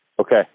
Okay